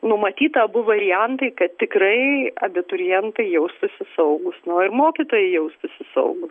numatyta abu variantai kad tikrai abiturientai jaustųsi saugūs nu ir mokytojai jaustųsi saugūs